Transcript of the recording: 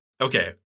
Okay